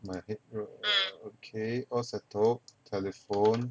my age group err okay all settled telephone